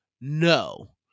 No